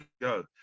go